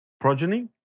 progeny